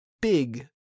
big